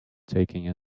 taking